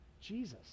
Jesus